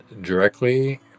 directly